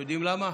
אתם יודעים למה?